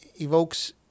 evokes